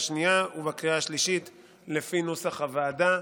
השנייה ובקריאה השלישית לפי נוסח הוועדה.